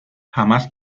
jamás